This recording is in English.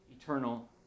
eternal